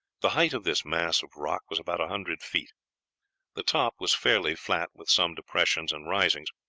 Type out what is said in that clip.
the height of this mass of rock was about a hundred feet the top was fairly flat, with some depressions and risings,